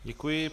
Děkuji.